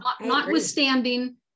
notwithstanding